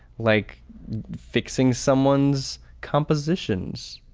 like fixing someone's compositions.